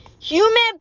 human